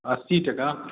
अस्सी टका